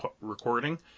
recording